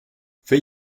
vier